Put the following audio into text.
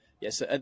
Yes